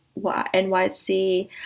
NYC